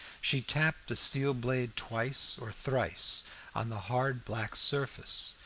she tapped the steel blade twice or thrice on the hard black surface,